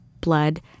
blood